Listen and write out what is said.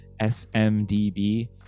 smdb